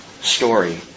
story